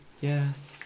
Yes